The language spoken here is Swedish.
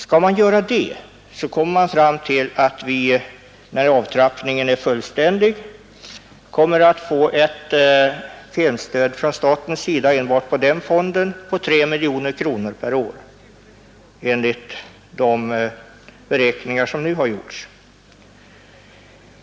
Om så sker kommer vi när avtrappningen är fullständig enligt de beräkningar som nu har gjorts att få ett filmstöd från staten enbart till den fonden med 3 miljoner kronor per år.